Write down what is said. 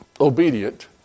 obedient